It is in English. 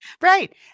Right